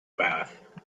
bath